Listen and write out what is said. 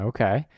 Okay